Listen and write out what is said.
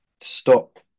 stop